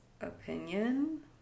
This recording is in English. opinion